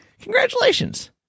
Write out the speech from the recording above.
Congratulations